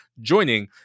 joining